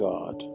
God